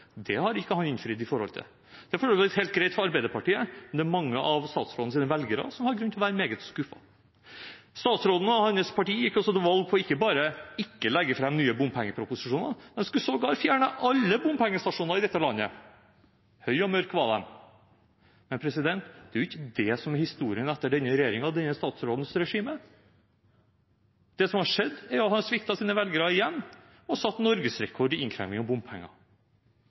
har han ikke innfridd. Det er for så vidt helt greit for Arbeiderpartiet, men mange av statsrådens velgere har grunn til å være meget skuffet. Statsråden og hans parti gikk til valg ikke bare på ikke å legge fram nye bompengeproposisjoner, men skulle sågar fjerne alle bompengestasjoner i dette landet. Høye og mørke var de, men det er jo ikke det som er historien etter denne regjeringen og denne statsrådens regime. Det som har skjedd, er at han har sviktet sine velgere igjen og satt norgesrekord i innkreving av bompenger.